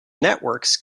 networks